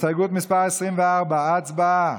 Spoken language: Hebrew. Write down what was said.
הסתייגות מס' 24, הצבעה.